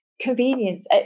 convenience